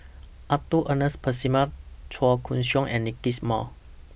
Arthur Ernest Percival Chua Koon Siong and Nickys Moey